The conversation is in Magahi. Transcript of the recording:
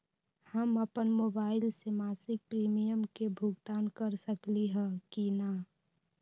हम अपन मोबाइल से मासिक प्रीमियम के भुगतान कर सकली ह की न?